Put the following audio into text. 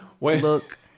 look